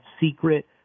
secret